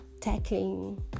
tackling